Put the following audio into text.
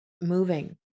moving